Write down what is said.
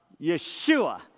Yeshua